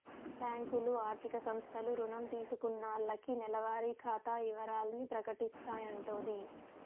బ్యాంకులు, ఆర్థిక సంస్థలు రుణం తీసుకున్నాల్లకి నెలవారి ఖాతా ఇవరాల్ని ప్రకటిస్తాయంటోది